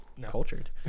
cultured